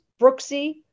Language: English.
Brooksy